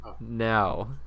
Now